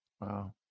Wow